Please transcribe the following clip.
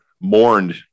mourned